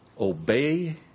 Obey